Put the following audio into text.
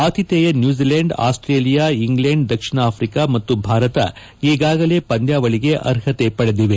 ಆತಿಥೇಯ New Zealand Australia England ದಕ್ಷಿಣ Africa ಮತ್ತು ಭಾರತ ಈಗಾಗಲೇ ಪಂದ್ಯಾವಳಿಗೆ ಅರ್ಹತೆ ಪಡೆದಿದೆ